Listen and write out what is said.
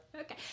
Okay